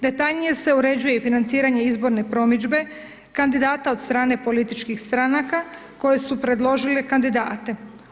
Detaljnije se uređuje i financiranje izborne promidžbe, kandidata od strane političkih stranaka koje su predložile kandidate.